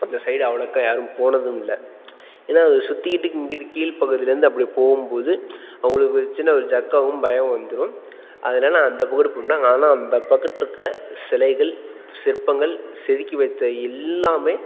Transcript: அந்த சைடு அவ்வளோக்கா யாரும் போனதுமில்ல ஏன்னா அதை சுற்றிக்கிட்டு இங்கே இருந்து கீழே பகுதியில் இருந்து அப்படி போகும் போது அவ்வளோ ஒரு சின்ன ஒரு ஜர்க் ஆகும் பயம் வந்துடும் அதில் நான் அந்த பக்கம் இருக்க மாட்டேன் நான்லாம் அந்த பக்கட்ருக்க சிலைகள் சிற்பங்கள் செதுக்கி வைத்த எல்லாமே